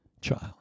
child